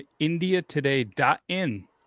IndiaToday.in